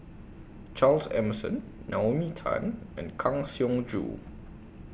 Charles Emmerson Naomi Tan and Kang Siong Joo